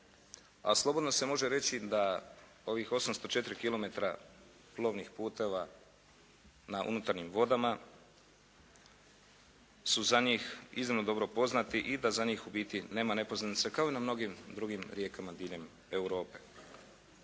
a slobodno se može reći da ovih 804 kilometra plovnih puteva na unutarnjim vodama su za njih iznimno dobro poznati i da za njih u biti nema nepoznanica kao i na mnogim drugim rijekama diljem Europe.